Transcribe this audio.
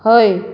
हय